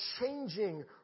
changing